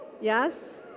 Yes